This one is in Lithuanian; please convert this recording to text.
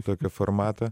tokio formato